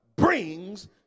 brings